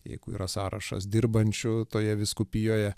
jeigu yra sąrašas dirbančių toje vyskupijoje